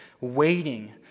waiting